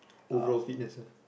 overall fitness